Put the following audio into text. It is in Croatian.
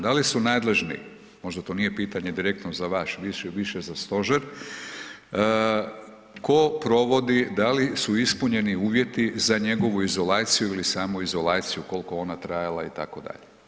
Da li su nadležni, možda to nije pitanje direktno za vas, više za stožer, tko provodi, da li su ispunjeni uvjeti za njegovu izolaciju ili samoizolaciju koliko ona trajala itd.